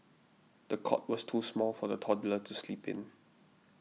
the cot was too small for the toddler to sleep in